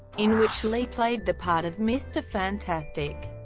in which lee played the part of mister fantastic.